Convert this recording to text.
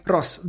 Ross